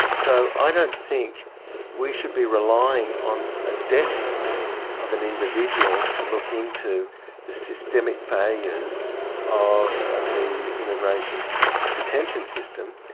so i don't think we should be relying on the ah death of an individual to look into the systemic failures of the immigration detention system.